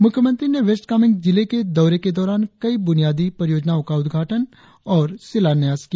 मुख्यमंत्री ने वेस्ट कामेंग जिले के दौरे के दौरान कई बुनियादी परियोजनाओ का उद्घाटन और शिलान्यास किया